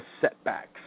setbacks